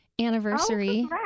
anniversary